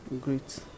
great